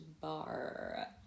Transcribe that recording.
bar